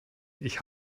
ich